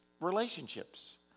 relationships